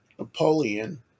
Napoleon